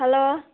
hello